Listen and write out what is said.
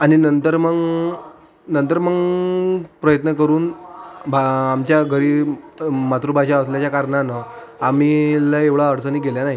आणि नंतर मग नंतर मग प्रयत्न करून बा आमच्या घरी अम् मातृभाषा असल्याच्या कारणानं आम्हाला एवढ्या अडचणी गेल्या नाही